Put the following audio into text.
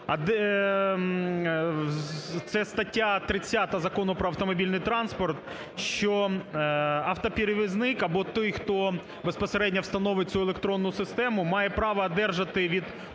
це стаття 30 Закону про автомобільний транспорт, що автоперевізник або той, хто безпосередньо встановить цю електронну систему, має право одержати від